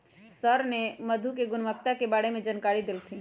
sir ने मधु के गुणवत्ता के बारे में जानकारी देल खिन